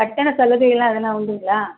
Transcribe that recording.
கட்டண சலுகைகள் அதெலாம் உண்டுங்களா